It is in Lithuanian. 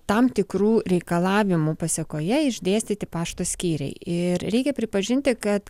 tam tikrų reikalavimų pasekoje išdėstyti pašto skyriai ir reikia pripažinti kad